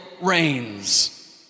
reigns